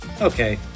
okay